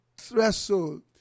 Threshold